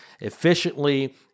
efficiently